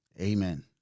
amen